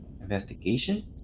Investigation